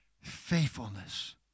faithfulness